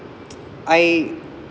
I